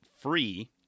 free